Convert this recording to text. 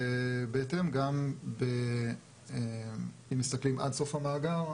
ובהתאם גם אם מסתכלים עד סוף המאגר,